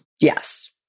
Yes